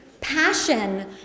passion